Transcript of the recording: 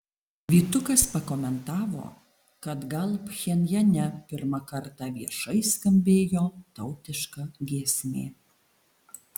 vytukas pakomentavo kad gal pchenjane pirmą kartą viešai skambėjo tautiška giesmė